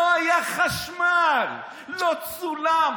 לא היה חשמל, לא צולם.